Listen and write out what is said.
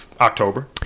October